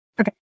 Okay